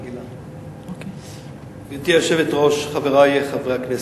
גברתי היושבת-ראש, חברי חברי הכנסת,